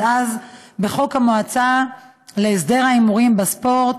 אז בחוק המועצה להסדר ההימורים בספורט,